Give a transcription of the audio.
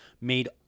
made